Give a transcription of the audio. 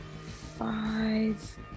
five